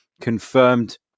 confirmed